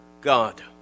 God